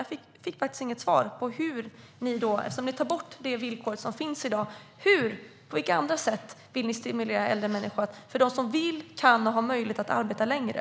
Jag fick faktiskt inget svar på hur ni på andra sätt, eftersom ni tar bort de villkor som finns i dag, vill stimulera människor som vill och kan att arbeta längre.